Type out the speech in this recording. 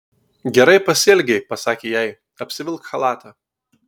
gerai pasielgei pasakė jai apsivilk chalatą